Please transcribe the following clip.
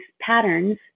patterns